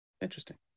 Interesting